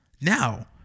Now